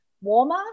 warmer